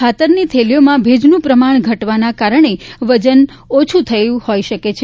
ખાતરની થેલીઓમાં ભેજનું પ્રમાણ ઘટવાના કારણે વજન ઓછુ થયું હોઇ શકે છે